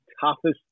toughest